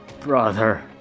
brother